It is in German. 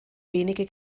wenige